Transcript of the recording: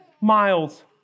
miles